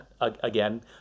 again